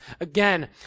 Again